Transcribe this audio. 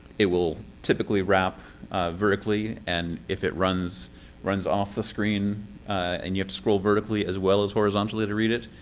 it will typically wrap vertically, and if it runs runs off the screen and you have to scroll vertically as well as horizontally to read it,